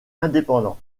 indépendant